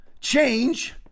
change